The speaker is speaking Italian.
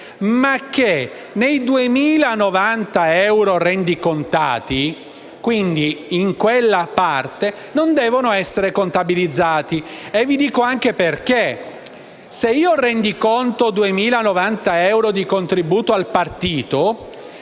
ma che i 2.090 euro rendicontati non devono essere contabilizzati. Vi dico anche perché. Se rendiconto 2.090 euro di contributo al partito,